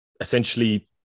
essentially